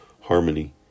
harmony